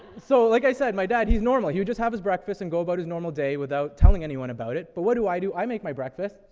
so, like i said, my dad, he's normal. he would just have his breakfast and go about his normal day without telling anyone about it. but what do i do? i make my breakfast,